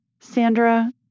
Sandra